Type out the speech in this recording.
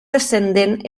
descendent